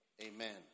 Amen